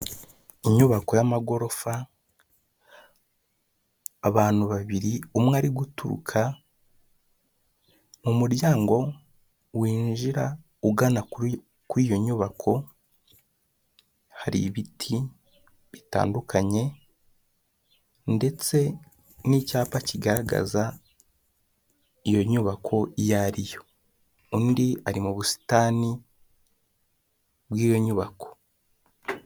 Inyubako y'amagorofa, abantu babiri umwe ari guturuka mu muryango winjira ugana kuri iyo nyubako, hari ibiti bitandukanye, ndetse n'icyapa kigaragaza iyo nyubako iyo ari yo. Undi ari mu busitani bw'iyo nyubako.